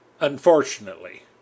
Unfortunately